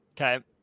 Okay